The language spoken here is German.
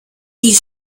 die